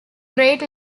great